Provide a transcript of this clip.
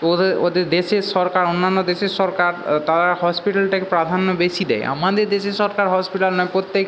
ওদের ওদের দেশের সরকার অন্যান্য দেশের সরকার তারা হসপিটালটাকে প্রাধান্য বেশি দেয় আমাদের দেশের সরকার হসপিটাল না প্রত্যেক